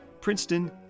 Princeton